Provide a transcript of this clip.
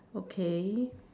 okay